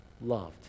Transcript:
Loved